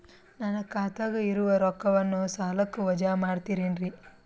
ನನ್ನ ಖಾತಗ ಇರುವ ರೊಕ್ಕವನ್ನು ಸಾಲಕ್ಕ ವಜಾ ಮಾಡ್ತಿರೆನ್ರಿ?